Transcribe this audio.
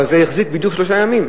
אבל זה החזיק בדיוק שלושה ימים.